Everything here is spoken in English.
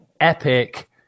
epic